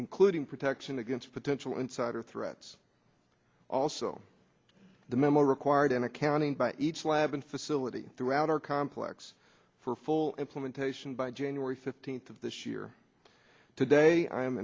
including protection against potential insider threats also the memo required an accounting by each lab and facility throughout our complex for full implementation by january fifteenth of this year today i